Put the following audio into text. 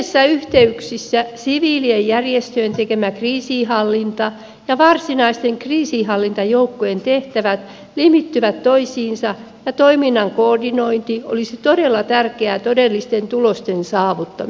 useissa yhteyksissä siviilien järjestöjen tekemä kriisinhallinta ja varsinaisten kriisinhallintajoukkojen tehtävät limittyvät toisiinsa ja toiminnan koordinointi olisi todella tärkeää todellisten tulosten saavuttamiseksi